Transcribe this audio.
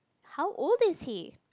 how old is he